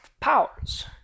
powers